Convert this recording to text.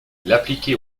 l’appliquer